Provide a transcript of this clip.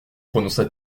prononça